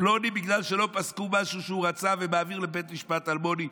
פלוני בגלל שלא פסקו משהו שהוא רצה ומעביר לבית המשפט אלמוני.